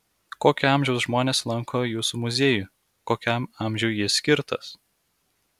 kokio amžiaus žmonės lanko jūsų muziejų kokiam amžiui jis skirtas